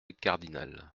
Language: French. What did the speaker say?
cardinal